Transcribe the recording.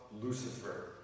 Lucifer